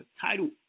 Title